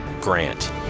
GRANT